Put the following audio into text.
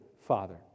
father